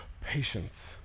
Patience